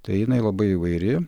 tai jinai labai įvairi